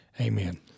Amen